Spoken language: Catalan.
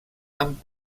amb